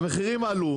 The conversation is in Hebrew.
המחירים עלו.